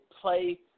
play